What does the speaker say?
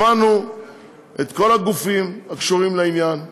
שמענו את כל הגופים הקשורים לעניין.